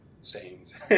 sayings